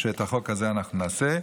שאת החוק הזה אנחנו נעשה,